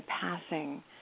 passing